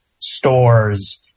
stores